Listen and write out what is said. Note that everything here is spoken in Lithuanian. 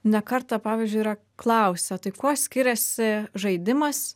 ne kartą pavyzdžiui yra klausę tai kuo skiriasi žaidimas